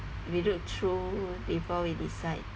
we look through before we decide